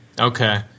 okay